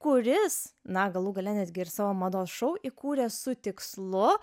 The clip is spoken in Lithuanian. kuris na galų gale netgi ir savo mados šou įkūrė su tikslu